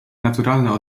naturalna